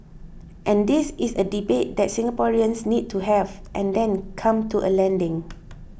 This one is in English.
and this is a debate that Singaporeans need to have and then come to a landing